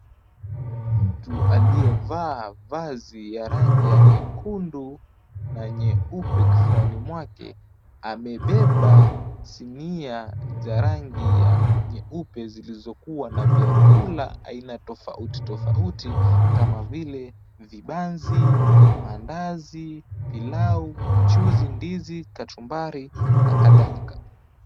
Mtu aliyevaa vazi ya rangi ya na nyekundu na ya nyeupe kifuani mwake, amebeba sinia za rangi nyeupe zilizokuwa na vyakula aina tofauti tofauti kama vile vibanzi, mandazi, pilau, mchuzi, ndizi, kachumbari na kadhalika.